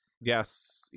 Yes